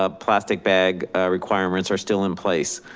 ah plastic bag requirements are still in place.